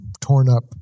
torn-up